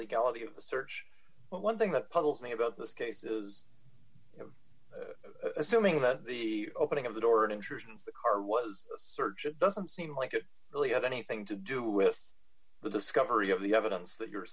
legality of the search but one thing that puzzles me about this case is d assuming that the opening of the door and intrusions the car was a search it doesn't seem like it really had anything to do with the discovery of the evidence that you're